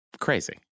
crazy